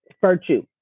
virtue